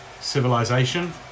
civilization